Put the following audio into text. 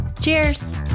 Cheers